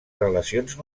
relacions